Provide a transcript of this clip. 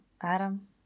Adam